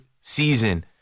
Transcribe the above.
season